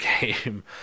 game